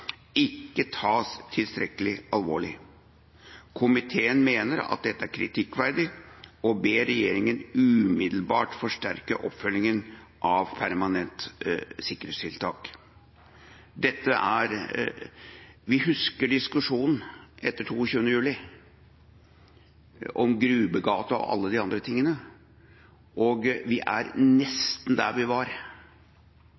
ikke tas tilstrekkelig alvorlig. Komiteen mener at dette er kritikkverdig og ber regjeringa umiddelbart forsterke oppfølginga av permanente sikkerhetstiltak. Vi husker diskusjonen etter 22. juli, om Grubbegata og alle de andre tingene. Vi er